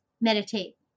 meditate